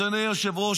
אדוני היושב-ראש,